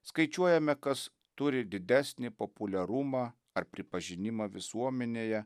skaičiuojame kas turi didesnį populiarumą ar pripažinimą visuomenėje